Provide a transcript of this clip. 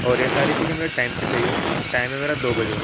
اور یہ ساری چیزیں مجھے ٹائم پہ چاہیے ٹائم ہے میرا دو بجے